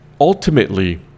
ultimately